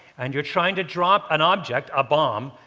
and you're trying to drop an object, a bomb,